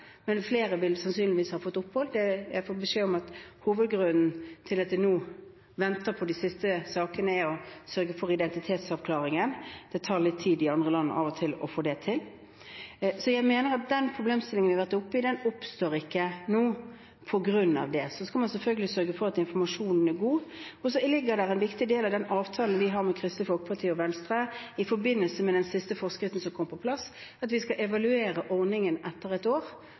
men flere vil sannsynligvis ha fått opphold. Jeg har fått beskjed om at hovedgrunnen til at en nå venter på de siste sakene, er at en må sørge for identitetsavklaring – det tar av og til litt tid i andre land å få det til. Så jeg mener at den problemstillingen vi har vært oppe i, oppstår ikke nå på grunn av det. Så skal man selvfølgelig sørge for at informasjonen er god, og det ligger som en viktig del av den avtalen vi har med Kristelig Folkeparti og Venstre i forbindelse med den siste forskriften som kom på plass, at vi skal evaluere ordningen etter et år.